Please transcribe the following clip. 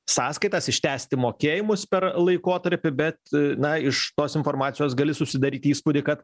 sąskaitas ištęsti mokėjimus per laikotarpį bet na iš tos informacijos gali susidaryt įspūdį kad